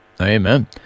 Amen